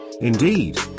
indeed